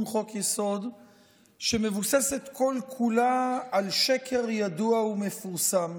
חוק-יסוד שמבוססת כל-כולה על שקר ידוע ומפורסם,